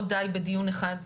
לא די בדיון אחד,